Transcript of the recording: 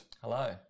Hello